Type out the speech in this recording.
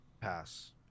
pass